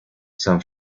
san